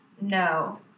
No